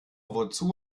wozu